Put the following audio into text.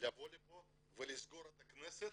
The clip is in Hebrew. לבוא לפה ולסגור את הכנסת